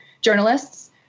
journalists